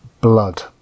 Blood